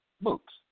books